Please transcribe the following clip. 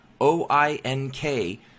O-I-N-K